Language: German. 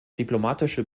diplomatische